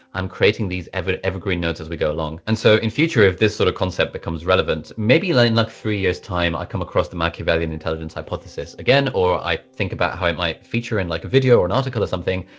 i'm creating these evergreen notes as we go along. and so in future, if this sort of concept becomes relevant, maybe like in like three years time, i come across the machiavellian intelligence hypothesis. again, or i think about how it might feature in like a video or an article or something.